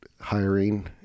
hiring